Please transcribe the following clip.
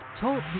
Talk